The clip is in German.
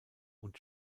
und